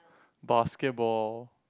basketball